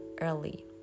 early